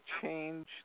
change